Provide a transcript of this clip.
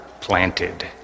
planted